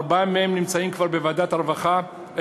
ארבעה מהם נמצאים כבר בוועדת העבודה,